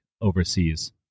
overseas